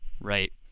right